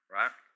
right